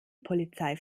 polizei